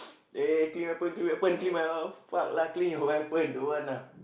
eh clean weapon clean weapon clean fuck lah clean your weapon don't want lah